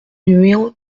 numéro